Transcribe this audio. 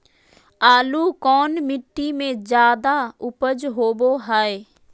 आलू कौन मिट्टी में जादा ऊपज होबो हाय?